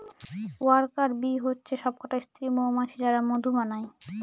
worker bee হচ্ছে সবকটা স্ত্রী মৌমাছি যারা মধু বানায়